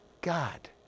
God